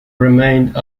remained